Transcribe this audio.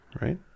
right